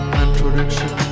introduction